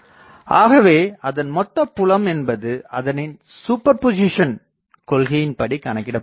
ஆகவே அதன் மொத்த புலம் என்பது அதனின் சூப்பர் பொசிசன் கொள்கையின் படி கணக்கிடப்படுகிறது